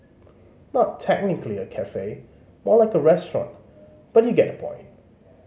not technically a cafe more like a restaurant but you get the point